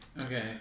Okay